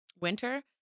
winter